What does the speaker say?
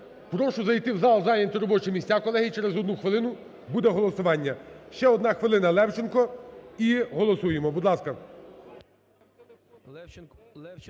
Прошу зайти в зал, зайняти робочі місця, колеги. Через одну хвилину буде голосування. Ще 1 хвилина, Левченко, і голосуємо. Будь ласка.